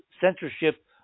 censorship